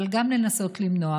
אבל גם לנסות למנוע,